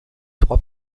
trois